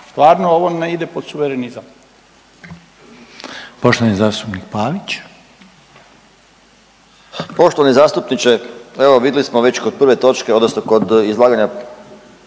stvarno ovo ne ide pod suverenizam.